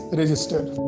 registered